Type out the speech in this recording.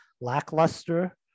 lackluster